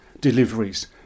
deliveries